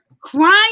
crying